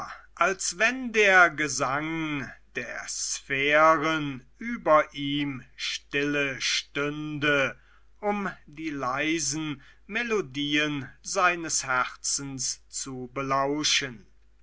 als wenn der gesang der sphären über ihm stille stünde um die leisen melodien seines herzens zu belauschen